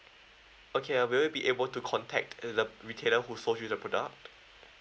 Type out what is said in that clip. okay uh will you be able to contact the retailer who sold you the product